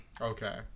okay